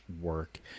work